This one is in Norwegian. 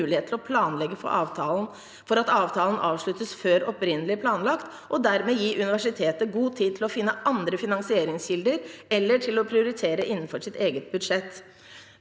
mulighet til å planlegge for at avtalen avsluttes før opprinnelig planlagt, og dermed gi universitetet god tid til å finne andre finansieringskilder eller til å prioritere innenfor sitt eget budsjett.»